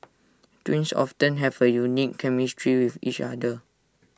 twins off ten have A unique chemistry with each other